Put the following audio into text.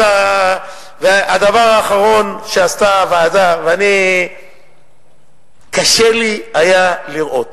הדבר האחרון שעשתה הוועדה, וקשה היה לי לראות